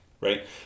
right